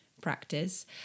practice